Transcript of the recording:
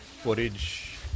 footage